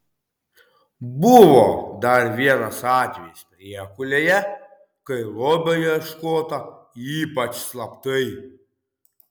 buvo dar vienas atvejis priekulėje kai lobio ieškota ypač slaptai